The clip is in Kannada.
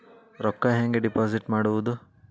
ರೊಕ್ಕ ಹೆಂಗೆ ಡಿಪಾಸಿಟ್ ಮಾಡುವುದು?